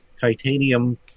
titanium